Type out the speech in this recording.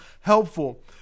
helpful